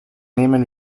nehmen